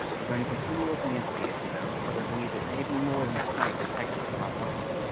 i'm going to continue looking into the issue, though, because i believe it may be more than a prank or technical malfunction.